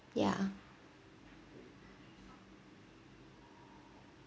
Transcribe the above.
ya